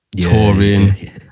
touring